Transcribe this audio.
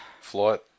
Flight